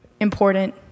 important